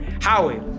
Howie